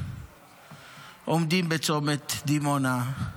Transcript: עומדים בצומת דימונה,